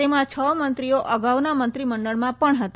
તેમાં છ મંત્રીઓ અગાઉના મંત્રીમંડળમાં પણ હતા